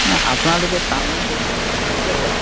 নহয় আপোনালোকে তামোল খেতিটো কেনেকৈ কৰে